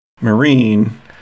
Marine